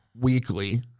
weekly